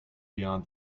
beyond